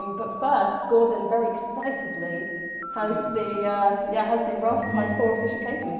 um but first, gordon very excitedly has the yeah has the raspberry pi four official case in his